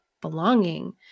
belonging